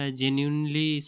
genuinely